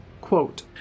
quote